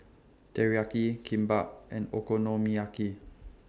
Teriyaki Kimbap and Okonomiyaki